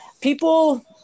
people